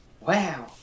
Wow